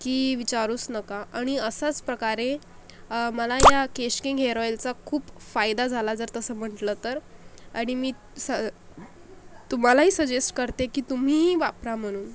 की विचारूस नका आणि असंस प्रकारे मला या केशकिंग हेअर ऑईलचा खूप फायदा झाला जर तसं म्हंटलं तर आणि मी स तुम्हालाही सजेस्ट करते की तुम्हीही वापरा म्हणून